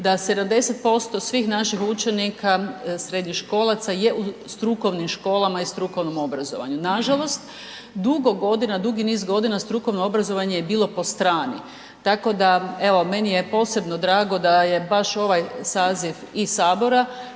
da 70% svih naših učenika srednjoškolaca je u strukovnim školama i strukovnom obrazovanju. Nažalost, dugo godina, dugi niz godina strukovno obrazovanje je bilo po strani, tako da evo meni je posebno drago da je baš ovaj saziv iz Sabora